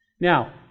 Now